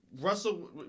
Russell